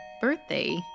birthday